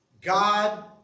God